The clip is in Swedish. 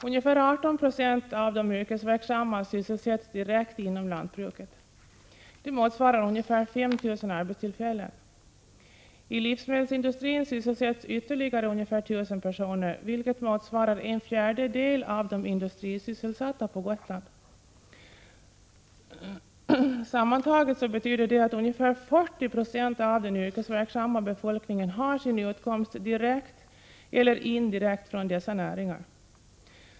Ungefär 18 90 av de yrkesverksamma sysselsätts direkt inom lantbruket. Det motsvarar ca 5 000 arbetstillfällen. I livsmedelsindustrin sysselsätts ytterligare ca 1 000 personer, vilket motsvarar en fjärdedel av de industrisysselsatta på Gotland. Sammantaget betyder det att ungefär 40 96 av den yrkesverksamma befolkningen har sin utkomst direkt eller indirekt i dessa näringar.